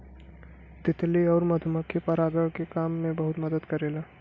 तितली आउर मधुमक्खी परागण के काम में बहुते मदद करला